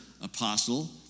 apostle